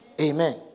Amen